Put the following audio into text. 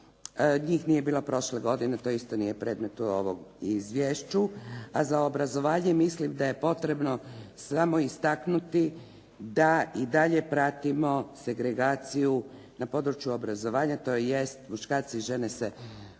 njih nije bilo prošle godine. To isto nije predmet u ovom izvješću. A za obrazovanje mislim da je potrebno samo istaknuti da i dalje pratimo segregaciju na području obrazovanja tj. muškarci i žene se i dalje